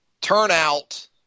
turnout